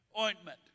ointment